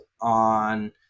On